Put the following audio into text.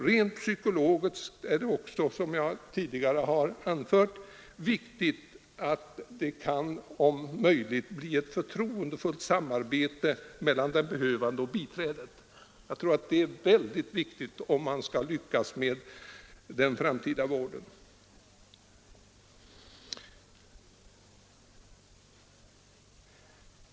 Rent psykologiskt är det också, som jag tidigare har anfört, viktigt att det, om möjligt, blir ett förtroendefullt samarbete mellan den behövande och biträdet. Jag tror att detta är väldigt viktigt om man skall lyckas med den framtida vården.